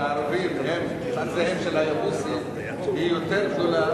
שהערבים הם צאצאיהם של היבוסים יותר גדולה